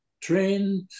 trained